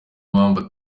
mpamvu